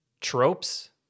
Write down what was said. tropes